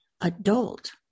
adult